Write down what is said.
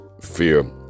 fear